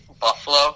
Buffalo